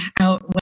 out